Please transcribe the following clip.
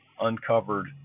uncovered